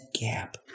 gap